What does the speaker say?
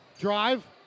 Drive